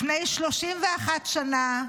לפני 31 שנה,